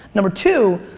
number two,